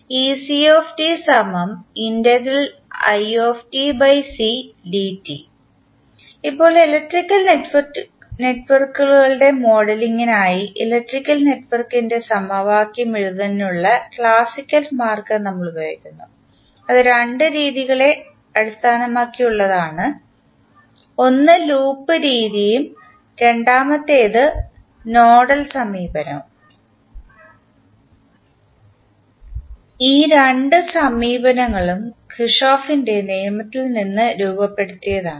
ഇപ്പോൾ ഇലക്ട്രിക്കൽ നെറ്റ്വർക്കുകളുടെ മോഡലിംഗിനായി ഇലക്ട്രിക്കൽ നെറ്റ്വർക്കിൻറെ സമവാക്യം എഴുതുന്നതിനുള്ള ക്ലാസിക്കൽ മാർഗ്ഗം നമ്മൾ ഉപയോഗിക്കുന്നു അത് രണ്ട് രീതികളെ അടിസ്ഥാനമാക്കിയുള്ളതാണ് ഒന്ന് ലൂപ്പ് രീതിയും രണ്ടാമത്തേത് നോഡൽ സമീപനവും ഈ രണ്ട് സമീപനങ്ങളും കിർചോഫിൻറെKirchhoff's നിയമത്തിൽ നിന്ന് രൂപപ്പെടുത്തിയതാണ്